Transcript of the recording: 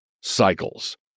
cycles